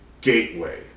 gateway